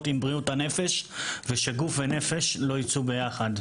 עם בריאות הנפש ושגוף ונפש לא ייצאו ביחד.